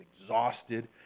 exhausted